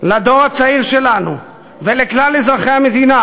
לדור הצעיר שלנו ולכלל אזרחי המדינה,